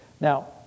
Now